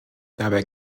dabei